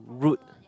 route